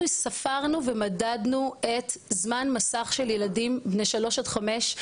אנחנו ספרנו ומדדנו את זמן מסך של ילדים בני שלוש עד חמש.